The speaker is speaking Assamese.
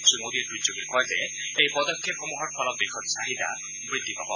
শ্ৰীমোদীয়ে টুইটযোগে কয় এই পদক্ষেপসমূহৰ ফলত দেশত চাহিদা বৃদ্ধি পাব